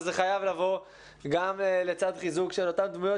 אבל זה חייב לבוא גם לצד חיזוק של אותן דמויות